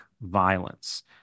violence